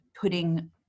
putting